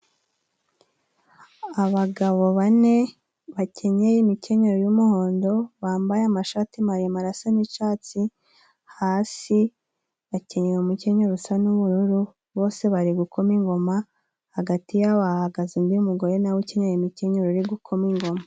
Abagabo bane bakenyeye imikenyero y'umuhondo. Bambaye amashati maremare asa n'icyatsi. Hasi bakenyeye umukenyero usa n'ubururu bose bari gukoma ingoma. Hagati hahagaze undi mugore nawe ukenyeye imikenyero ari gukoma ingoma.